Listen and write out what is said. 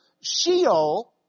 Sheol